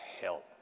help